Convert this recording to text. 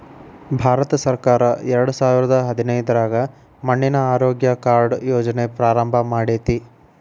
ಭಾರತಸರ್ಕಾರ ಎರಡಸಾವಿರದ ಹದಿನೈದ್ರಾಗ ಮಣ್ಣಿನ ಆರೋಗ್ಯ ಕಾರ್ಡ್ ಯೋಜನೆ ಪ್ರಾರಂಭ ಮಾಡೇತಿ